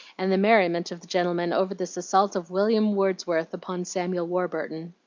and the merriment of the gentlemen over this assault of william wordsworth upon samuel warburton.